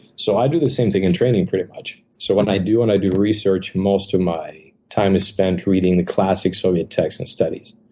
so i do the same thing in training, pretty much. so when i do and i do research, most of my time is spent reading the classics, um industry texts and studies.